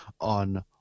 on